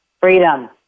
freedom